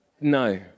No